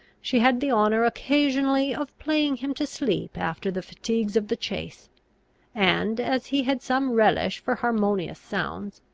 she had the honour occasionally of playing him to sleep after the fatigues of the chase and, as he had some relish for harmonious sounds,